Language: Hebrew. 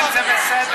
יואל, זה בסדר.